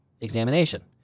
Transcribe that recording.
examination